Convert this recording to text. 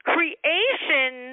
Creation